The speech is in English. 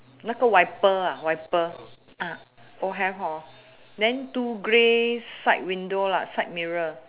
那个 wiper ah wiper uh all have hor then two grey side window lah side mirror